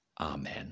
Amen